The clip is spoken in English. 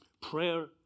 Prayer